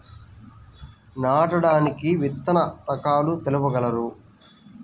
నాటడానికి విత్తన రకాలు తెలుపగలరు?